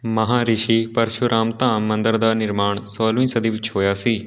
ਮਹਾਰਿਸ਼ੀ ਪਰਸ਼ੂਰਾਮ ਧਾਮ ਮੰਦਰ ਦਾ ਨਿਰਮਾਣ ਸੋਲਵੀ ਸਦੀ ਵਿੱਚ ਹੋਇਆ ਸੀ